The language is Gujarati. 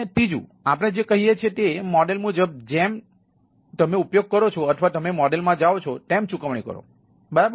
ત્રીજું આપણે જે કહીએ છીએ તે મોડેલ મુજબ જેમ તમે ઉપયોગ કરો છો અથવા તમે મોડેલ માં જાઓ છો તેમ ચૂકવણી કરો બરાબર